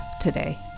today